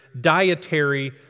dietary